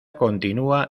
continúa